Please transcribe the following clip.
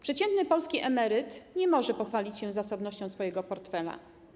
Przeciętny polski emeryt nie może pochwalić się zasobnością swojego portfela.